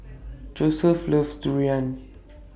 Joesph loves Durian